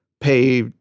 pay